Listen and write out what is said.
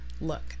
look